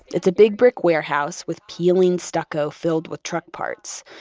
it's a big brick warehouse with peeling stucco, filled with truck parts.